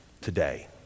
Today